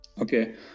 okay